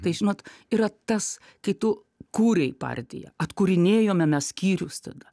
tai žinot yra tas kai tu kūrei partiją atkūrinėjome mes skyrius tada